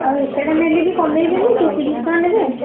ଆଉ ଏତେଟା ନେଲେ ବି କମାଇବେନି ସେଇ ତିରିଶ ଟଙ୍କା ନେବେ